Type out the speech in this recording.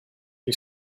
you